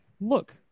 look